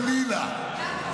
חלילה,